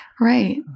Right